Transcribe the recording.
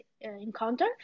encounter